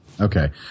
Okay